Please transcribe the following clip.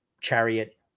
Chariot